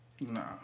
Nah